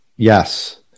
Yes